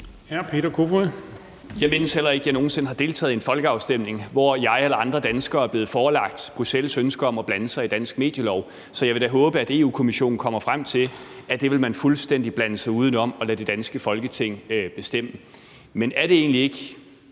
Jeg mindes heller ikke, at jeg nogen sinde har deltaget i en folkeafstemning, hvor jeg eller andre danskere er blevet forelagt Bruxelles' ønsker om at blande sig i dansk medielovgivning, så jeg vil da håbe, at Europa-Kommissionen kommer frem til, at det vil man fuldstændig blande sig uden om og lade det danske Folketing bestemme. Men er det egentlig ikke